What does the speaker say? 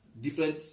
different